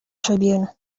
tribune